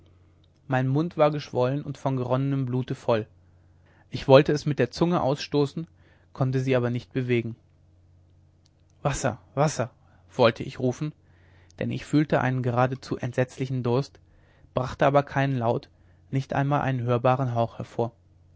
mein mund war geschwollen und von geronnenem blute voll ich wollte es mit der zunge ausstoßen konnte sie aber nicht bewegen wasser wasser wollte ich rufen denn ich fühlte einen geradezu entsetzlichen durst brachte aber keinen laut nicht einmal einen hörbaren hauch hervor